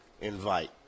invite